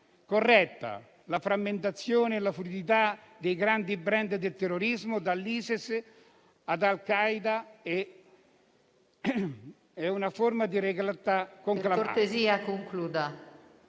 corretta: la frammentazione e la fluidità dei grandi *brand* del terrorismo dall'ISIS ad al Qaeda è una forma di realtà conclamata.